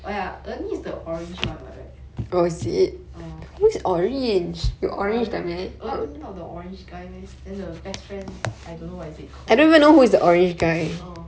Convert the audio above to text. oh ya ernie is the orange [one] [what] right ernie not the orange guy meh then the best friend I don't know what is it called orh